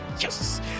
yes